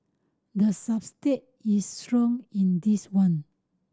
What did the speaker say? the subtext is strong in this one